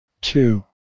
two